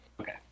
okay